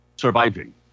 surviving